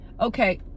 Okay